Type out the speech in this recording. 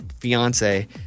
fiance